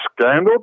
scandal